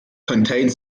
contained